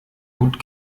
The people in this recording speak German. und